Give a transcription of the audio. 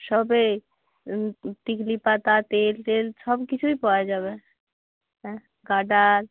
সবের টিকলি পাতা তেল টেল সব কিছুই পাওয়া যাবে হ্যাঁ গার্ডার